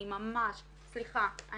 סליחה,